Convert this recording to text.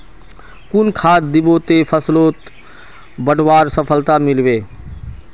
कुन खाद दिबो ते फसलोक बढ़वार सफलता मिलबे बे?